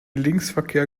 linksverkehr